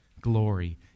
glory